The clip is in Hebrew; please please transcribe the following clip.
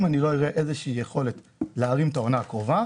אם אני לא אראה איזושהי יכולת להרים את העונה הקרובה,